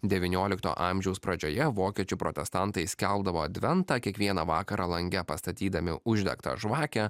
devyniolikto amžiaus pradžioje vokiečių protestantai skelbdavo adventą kiekvieną vakarą lange pastatydami uždegtą žvakę